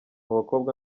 bakobwa